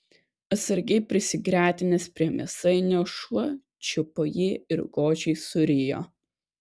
atsargiai prisigretinęs prie mėsainio šuo čiupo jį ir godžiai surijo